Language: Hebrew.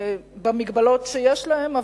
במגבלות שיש להן,